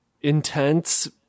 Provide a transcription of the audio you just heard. intense